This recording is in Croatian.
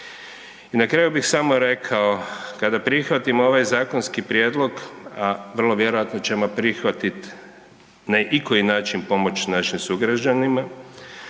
I na kraju bih samo rekao, kada prihvatimo ovaj zakonski prijedlog, a vrlo vjerojatno ćemo prihvatit na ikoji način pomoć našim sugrađanima,